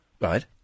Right